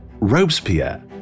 Robespierre